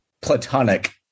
platonic